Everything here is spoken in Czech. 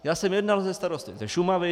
Já jsem jednal se starosty ze Šumavy.